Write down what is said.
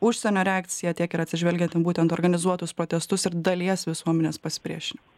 užsienio reakciją tiek ir atsižvelgiant į būtent organizuotus protestus ir dalies visuomenės pasipriešinimą